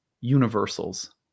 universals